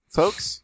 folks